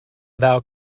thou